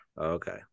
Okay